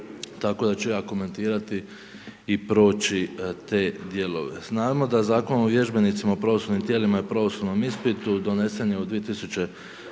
tako da ću ja komentirati i proći te dijelove. Znamo da Zakon o vježbenicima u pravosudnim tijelima i pravosudnim ispitu donesen je u 2008.